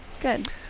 Good